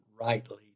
rightly